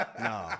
no